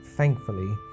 Thankfully